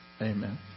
Amen